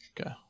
Okay